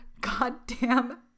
goddamn